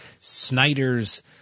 Snyder's